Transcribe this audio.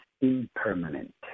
impermanent